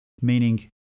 Meaning